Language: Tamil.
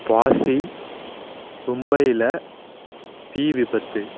வாஷி மும்பையில் தீ விபத்து